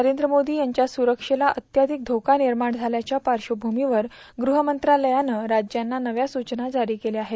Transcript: नरेंद्र मोदी यांच्या सुरखेला अत्याधिक योका निर्माण झाल्याच्या पार्श्वघमीवर गुह मंत्रालयानं राज्यांना नव्या सचना जारी केल्या आहेत